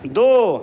दो